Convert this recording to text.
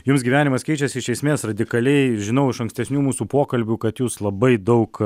jums gyvenimas keičiasi iš esmės radikaliai žinau iš ankstesnių mūsų pokalbių kad jūs labai daug